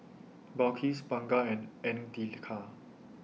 Balqis Bunga and Andika